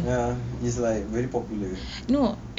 ya is like very popular